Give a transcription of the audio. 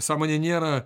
sąmonė nėra